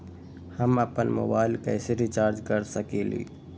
हम अपन मोबाइल कैसे रिचार्ज कर सकेली?